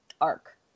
arc